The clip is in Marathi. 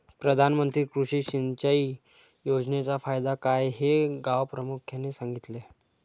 प्रधानमंत्री कृषी सिंचाई योजनेचा फायदा काय हे गावप्रमुखाने सांगितले